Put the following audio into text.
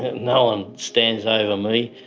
no one stands over me,